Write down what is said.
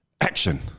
Action